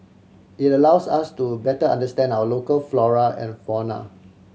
it allows us to better understand our local flora and fauna